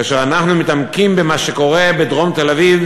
כאשר אנחנו מתעמקים במה שקורה בדרום תל-אביב,